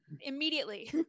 immediately